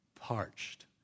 parched